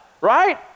Right